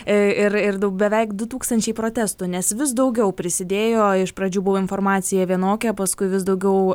ir ir daug beveik du tūkstančiai protestų nes vis daugiau prisidėjo iš pradžių buvo informacija vienokia paskui vis daugiau